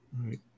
Right